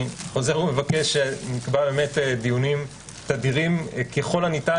אני חוזר ומבקש שנבקע דיונים תדירים ככל הניתן.